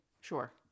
Sure